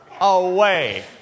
away